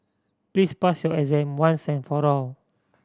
please pass your exam once and for all